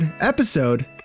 episode